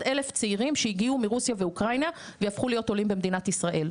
1,000 צעירים שהגיעו מרוסיה ואוקראינה ויהפכו להיות עולים במדינת ישראל,